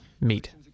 meet